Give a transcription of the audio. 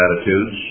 attitudes